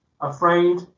Afraid